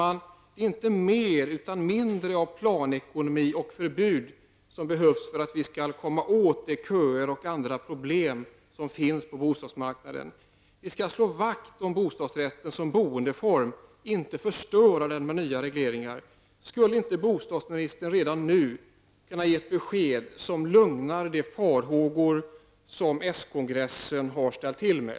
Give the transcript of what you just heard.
Det är inte mer utan mindre av planekonomi och förbud som behövs för att vi skall komma åt de köer och andra problem som finns på bostadsmarknaden. Vi skall slå vakt om bostadsrätten som boendeform, inte förstöra den med nya regleringar. Skulle inte bostadsministern redan nu kunna ge ett besked som lugnar människors farhågor för vad den socialdemokratiska kongressen har ställt till med?